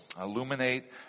illuminate